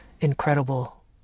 incredible